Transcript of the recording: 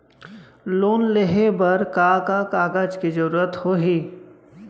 Loan लेहे बर का का कागज के जरूरत होही?